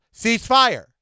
Ceasefire